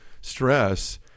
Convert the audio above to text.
stress